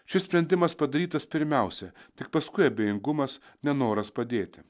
šis sprendimas padarytas pirmiausia tik paskui abejingumas nenoras padėti